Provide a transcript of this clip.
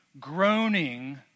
groaning